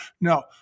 no